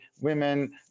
women